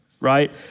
right